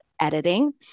editing